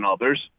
others